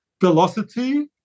velocity